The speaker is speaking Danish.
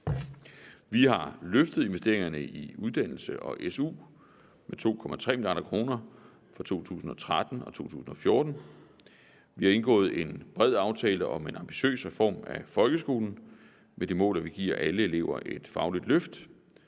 Vi har løftet investeringerne i uddannelse og SU med 2,3 mia. kr. for 2013 og 2014, vi har indgået en bred aftale om en ambitiøs reform af folkeskolen med det mål at give alle elever et fagligt løft,